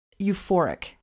euphoric